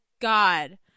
God